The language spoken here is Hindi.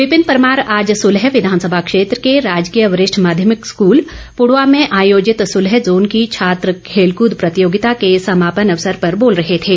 विपिन परमार आज सुलह विधानसभा क्षेत्र के राजकीय वरिष्ठ माध्यमिक स्कूल प्रदेवा में आयोजित सुलह जोन की छात्र खेलकूद प्रतियोगिता के समापन अवसर पर बोल रहे थे